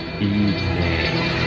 Evening